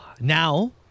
Now